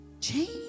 Change